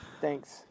thanks